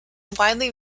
widely